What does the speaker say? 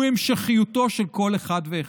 והוא המשכיותו של כל אחד ואחד.